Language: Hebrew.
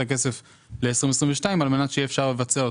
הכסף ל-2022 על מנת שיהיה אפשר לבצע אותו.